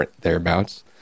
thereabouts